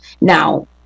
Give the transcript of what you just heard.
now